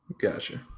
Gotcha